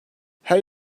her